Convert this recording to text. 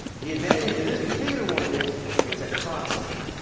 the advantage of this particular one is it's a constant